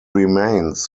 remains